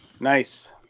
nice